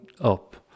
up